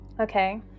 Okay